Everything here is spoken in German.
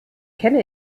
kenne